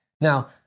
Now